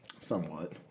Somewhat